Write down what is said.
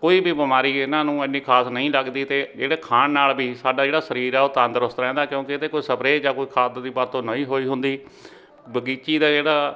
ਕੋਈ ਵੀ ਬਿਮਾਰੀ ਇਹਨਾਂ ਨੂੰ ਇੰਨੀ ਖਾਸ ਨਹੀਂ ਲੱਗਦੀ ਅਤੇ ਜਿਹੜੇ ਖਾਣ ਨਾਲ ਵੀ ਸਾਡਾ ਜਿਹੜਾ ਸਰੀਰ ਆ ਉਹ ਤੰਦਰੁਸਤ ਰਹਿੰਦਾ ਕਿਉਂਕਿ ਇਹ 'ਤੇ ਕੋਈ ਸਪਰੇਅ ਜਾਂ ਕੋਈ ਖਾਦ ਦੀ ਵਰਤੋਂ ਨਹੀਂ ਹੋਈ ਹੁੰਦੀ ਬਗੀਚੀ ਦਾ ਜਿਹੜਾ